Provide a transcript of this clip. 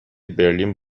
برلین